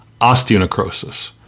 osteonecrosis